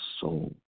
soul